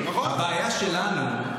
הבעיה שלנו,